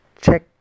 check